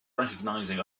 recognizing